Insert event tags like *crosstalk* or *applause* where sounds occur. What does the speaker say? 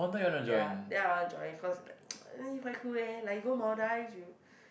ya then I wanna join cause it's like *noise* quite cool eh like you go Maldives you